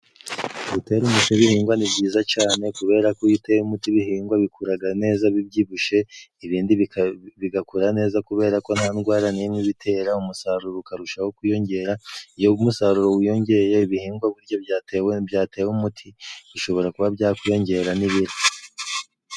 Gutera umuti ibihingwa ni byiza cane, kubera ko iyo uteye umuti ibihingwa bikuraga neza bibyibushye, ibindi bigakura neza kubera ko nta ndwara n'imwe ibitera, umusaruro ukarushaho kwiyongera iyo umusaruro wiyongeye, ibihingwa burya byatewe umuti bishobora kuba byakwiyongera n'ibiro.